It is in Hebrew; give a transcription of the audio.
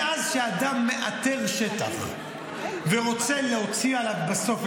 מאז שאדם מאתר שטח ורוצה להוציא עליו בסוף,